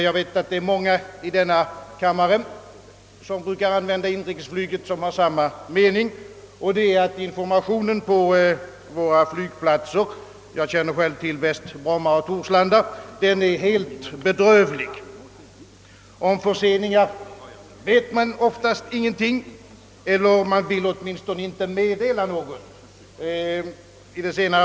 Jag vet att många av kammarens ledamöter, som brukar använda inrikesflyget, i likhet med mig anser, att informationen på våra flygplatser — själv känner jag bäst till Bromma och Torslanda — är helt bedrövlig. Om förseningar känner personalen oftast ingenting till eller i varje fall vill den inte meddela någonting om dem.